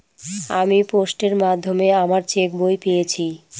আমি পোস্টের মাধ্যমে আমার চেক বই পেয়েছি